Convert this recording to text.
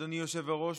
אדוני היושב-ראש,